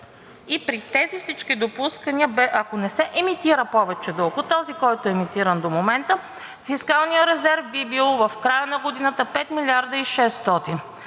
При тези всички допускания, ако не се емитира повече дълг от този, който е емитиран до момента, фискалният резерв би бил в края на годината 5 милиарда и 600 при